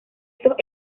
estos